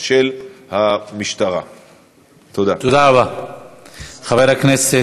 הלוא היא לא שומרת